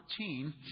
14